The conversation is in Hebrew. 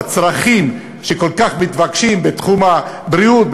בצרכים שכל כך מתבקשים בתחום הבריאות,